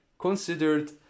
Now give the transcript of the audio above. considered